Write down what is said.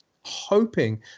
hoping